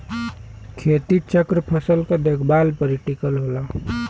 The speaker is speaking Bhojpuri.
खेती चक्र फसल क देखभाल पर ही टिकल होला